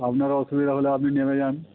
আপনার অসুবিধা হলে আপনি নেমে যান